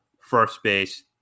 first-base